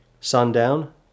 sundown